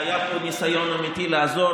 והיה פה ניסיון אמיתי לעזור.